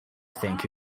think